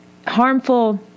Harmful